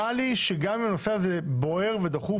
נראה לי שגם אם הנושא הזה בוער ודחוף